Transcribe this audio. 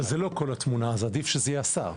אבל זוהי לא כל התמונה, אז עדיף שזה יהיה השר.